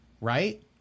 right